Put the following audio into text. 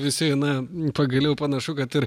visi na pagaliau panašu kad ir